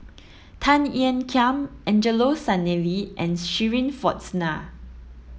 Tan Ean Kiam Angelo Sanelli and Shirin Fozdar